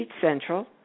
Central